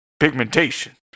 pigmentation